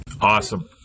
Awesome